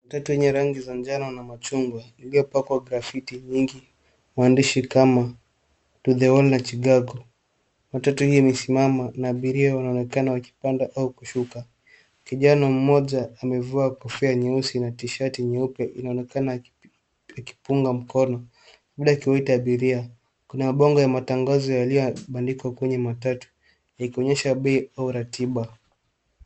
Matatu yenye kuta za rangi ya majano na machungwa lilioekwa kwa ugaviti mingi maandishi kama to the(cs) owner chicago(cs) matatu hii imesimama na abiria wanaonekana wakipanda au kushuka. Kijana mmoja amevaa kofia nyeusi na tishati nyeupe inaonekana akipunga mkono hili akiwaita abiria kuna bago ya matangazo yaliobandikwa kwenye matatu hili kuonyesha bei au ratiba.